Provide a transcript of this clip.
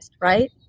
Right